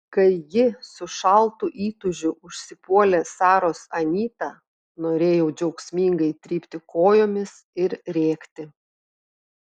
kai ji su šaltu įtūžiu užsipuolė saros anytą norėjau džiaugsmingai trypti kojomis ir rėkti